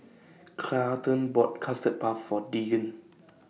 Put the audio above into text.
Carleton bought Custard Puff For Deegan